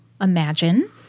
imagine